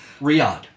Riyadh